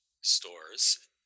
stores